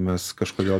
mes kažkodėl